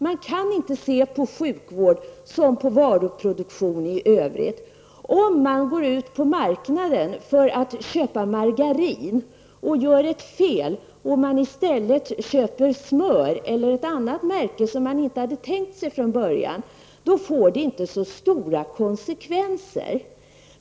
Man kan inte se på sjukvård som på varuproduktion i övrigt. Om man går ut på marknaden för att köpa margarin och gör ett fel och i stället köper smör, eller ett annat märke som man inte hade tänkt sig från början, så får det inte så stora konsekvenser.